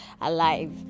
alive